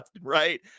right